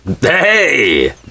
Hey